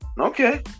Okay